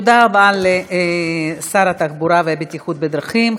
תודה רבה לשר התחבורה והבטיחות בדרכים,